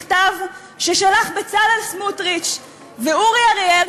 מכתב ששלחו בצלאל סמוטריץ ואורי אריאל,